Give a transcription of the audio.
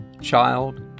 child